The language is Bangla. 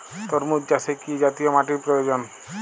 তরমুজ চাষে কি জাতীয় মাটির প্রয়োজন?